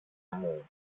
μου